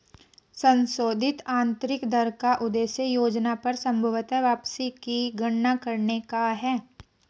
संशोधित आंतरिक दर का उद्देश्य योजना पर संभवत वापसी की गणना करने का है